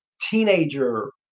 teenager